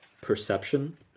perception